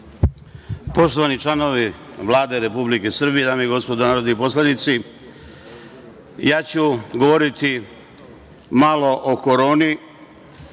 Poštovani članovi Vlade Republike Srbije, dame i gospodo narodni poslanici, ja ću govoriti malo o koroni,